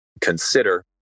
consider